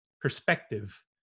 perspective